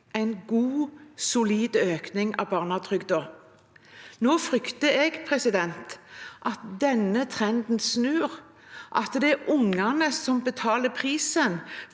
en god og solid økning av barnetrygden. Nå frykter jeg at denne trenden snur, at det er ungene som betaler prisen